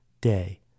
day